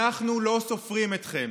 אנחנו לא סופרים אתכם.